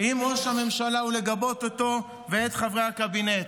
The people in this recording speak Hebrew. עם ראש הממשלה, ולגבות אותו ואת חברי הקבינט.